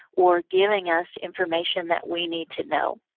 or giving us information that we need to know.